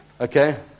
Okay